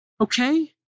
Okay